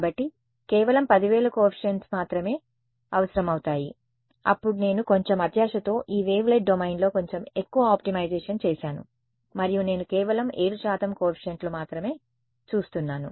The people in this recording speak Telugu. కాబట్టి కేవలం 10000 కోఎఫీషియంట్స్ మాత్రమే అవసరమవుతాయి అప్పుడు నేను కొంచెం అత్యాశతో ఈ వేవ్లెట్ డొమైన్లో కొంచెం ఎక్కువ ఆప్టిమైజేషన్ చేసాను మరియు నేను కేవలం 7 శాతం కోఎఫీషియంట్లను మాత్రమే చూస్తున్నాను